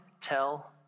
Tell